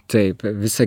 taip visą